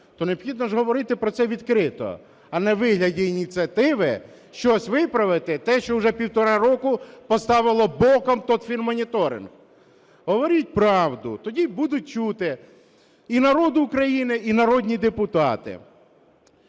То необхідно ж говорити про це відкрито, а не у вигляді ініціативи щось виправити те, що вже півтора року поставило боком той фінмоніторинг. Говоріть правду, тоді будуть чути і народ України, і народні депутати.